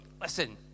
listen